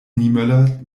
niemöller